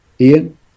Ian